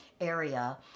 area